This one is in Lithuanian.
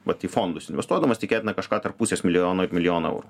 vat į fondus investuodamas tikėtina kažką tarp pusės milijono ir milijono eurų